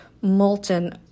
molten